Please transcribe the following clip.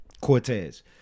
Cortez